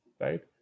right